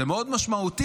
זה מאוד משמעותי,